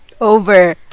Over